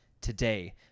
Today